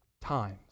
times